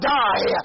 die